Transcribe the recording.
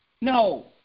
No